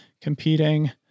competing